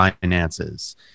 finances